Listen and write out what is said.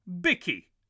Bicky